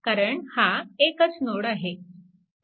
कारण हा एकच नोड आहे